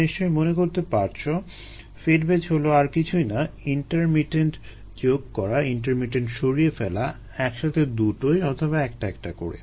তোমরা নিশ্চয় মনে করতে পারছো ফিড ব্যাচ হলো আর কিছুই না ইন্টারমিটেন্ট যোগ করা ইন্টারমিটেন্ট সরিয়ে ফেলা একসাথে দুটোই অথবা একটা একটা করে